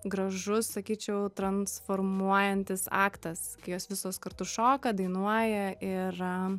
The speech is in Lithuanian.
gražus sakyčiau transformuojantis aktas kai jos visos kartu šoka dainuoja ir